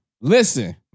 listen